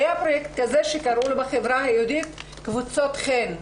היה פרויקט כזה שקראו לו בחברה היהודית "קבוצות חן",